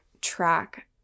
track